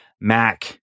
Mac